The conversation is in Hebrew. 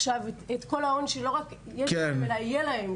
את כל ההון שלא רק יש להם אלא יהיה להם,